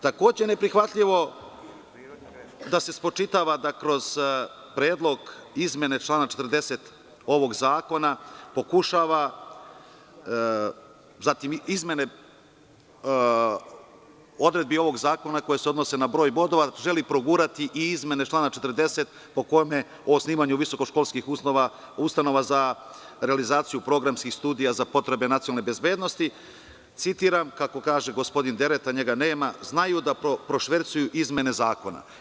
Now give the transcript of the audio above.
Takođe je neprihvatljivo da se spočitava da se kroz predlog izmene člana 40, zatim izmene odredbi ovog zakona koje se odnose na broj bodova, želi progurati i izmene člana 40. po kome o osnivanju visokoškolskih ustanova za realizaciju programskih studija za potrebe nacionalne bezbednosti, citiram, kako kaže gospodin Dereta, znaju da prošvercuju izmene zakona.